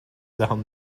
down